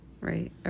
Right